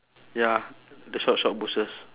ya the short short bushes